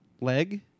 leg